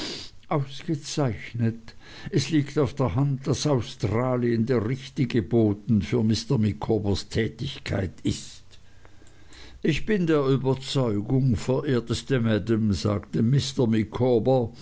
ausgezeichnet es liegt auf der hand daß australien der richtige boden für mr micawbers tätigkeit ist ich bin der überzeugung verehrteste maam sagte